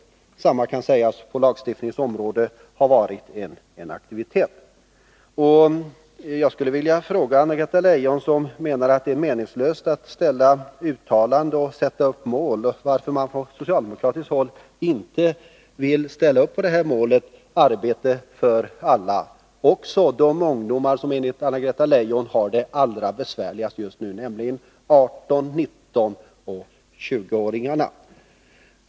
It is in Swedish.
Detsamma kan sägas om lagstiftningens område, där det också har förekommit aktivitet. Jag skulle vilja fråga Anna-Greta Leijon, som menar att det är meningslöst att fälla uttalanden och sätta upp mål, varför man på socialdemokratiskt håll inte vill ställa upp för målet arbete för alla också när det gäller de ungdomar som enligt Anna-Greta Leijon har det allra besvärligast just nu, nämligen 18-, 19 och 20-åringarna.